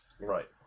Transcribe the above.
Right